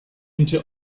into